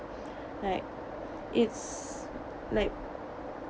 like it's like